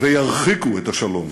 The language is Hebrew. וירחיקו את השלום.